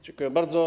Dziękuję bardzo.